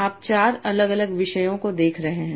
आप 4 अलग अलग विषयों को देख रहे हैं